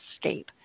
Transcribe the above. escape